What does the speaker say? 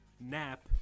nap